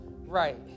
right